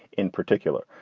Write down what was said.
in particular,